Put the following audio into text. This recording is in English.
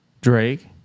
Drake